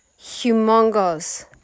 humongous